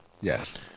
Yes